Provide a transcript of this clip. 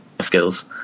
skills